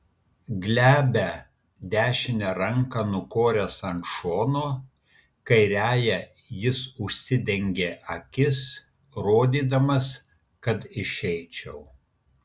glebią dešinę ranką nukoręs ant šono kairiąja jis užsidengė akis rodydamas kad išeičiau